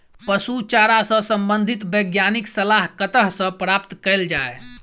पशु चारा सऽ संबंधित वैज्ञानिक सलाह कतह सऽ प्राप्त कैल जाय?